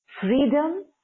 Freedom